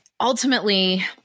ultimately